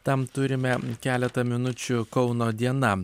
tam turime keletą minučių kauno diena